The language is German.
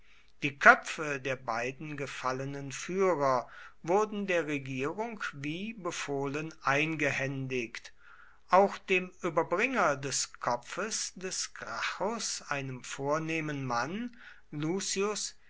die köpfe der beiden gefallenen führer wurden der regierung wie befohlen eingehändigt auch dem überbringer des kopfes des gracchus einem vornehmen mann lucius